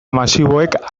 masiboek